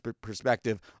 perspective